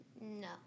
No